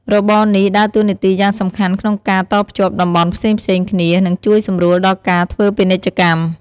របរនេះដើរតួនាទីយ៉ាងសំខាន់ក្នុងការតភ្ជាប់តំបន់ផ្សេងៗគ្នា និងជួយសម្រួលដល់ការធ្វើពាណិជ្ជកម្ម។